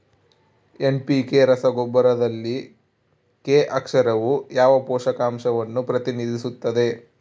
NPK ರಸಗೊಬ್ಬರದಲ್ಲಿ K ಅಕ್ಷರವು ಯಾವ ಪೋಷಕಾಂಶವನ್ನು ಪ್ರತಿನಿಧಿಸುತ್ತದೆ?